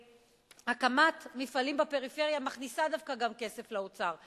שהקמת מפעלים בפריפריה מכניסה דווקא גם כסף לאוצר,